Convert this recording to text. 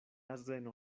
azeno